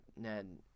Ned